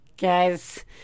guys